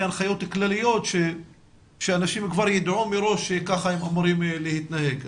הנחיות כלליות שאנשים כבר ידעו מראש שכך הם אמורים להתנהג.